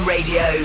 Radio